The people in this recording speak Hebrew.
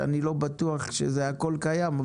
שאני לא בטוח שזה הכל קיים,